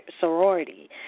sorority